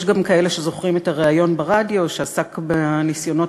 יש גם כאלה שזוכרים את הריאיון ברדיו שעסק בניסיונות